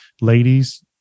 ladies